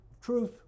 truth